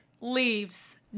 leaves